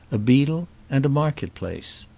a beadle, and a market-place.